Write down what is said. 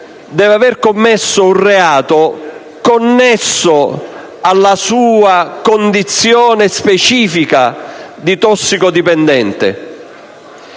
deve aver commesso un reato connesso alla sua condizione specifica di tossicodipendente.